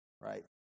right